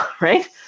right